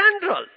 general